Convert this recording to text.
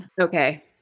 Okay